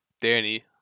Danny